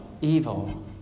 Evil